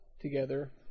together